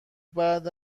بعد